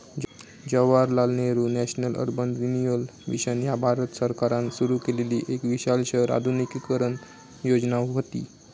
Jawaharlal Nehru National Urban Renewal Mission ह्या भारत सरकारान सुरू केलेली एक विशाल शहर आधुनिकीकरण योजना व्हती